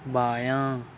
بایاں